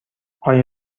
آیا